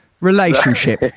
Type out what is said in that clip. relationship